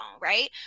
right